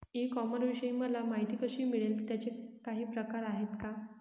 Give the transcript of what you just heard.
E कॉमर्सविषयी मला माहिती कशी मिळेल? त्याचे काही प्रकार आहेत का?